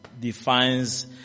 defines